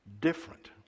different